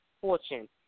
fortune